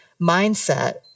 mindset